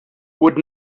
would